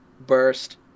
burst